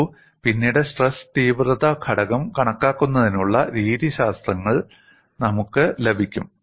നോക്കൂ പിന്നീട് സ്ട്രെസ് തീവ്രത ഘടകം കണക്കാക്കുന്നതിനുള്ള രീതിശാസ്ത്രങ്ങൾ നമുക്ക് ലഭിക്കും